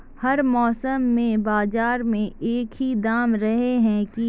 हर मौसम में बाजार में एक ही दाम रहे है की?